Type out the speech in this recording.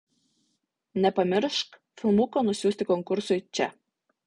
nepamiršk filmuko nusiųsti konkursui čia